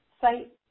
site